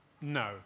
No